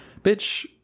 Bitch